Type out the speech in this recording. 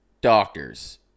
doctors